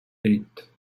eight